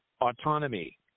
autonomy